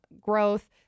growth